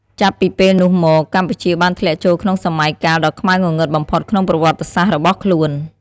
ចាប់ពីពេលនោះមក កម្ពុជាបានធ្លាក់ចូលក្នុងសម័យកាលដ៏ខ្មៅងងឹតបំផុតក្នុងប្រវត្តិសាស្ត្ររបស់ខ្លួន។